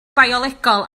biolegol